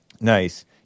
Nice